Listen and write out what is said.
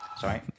Sorry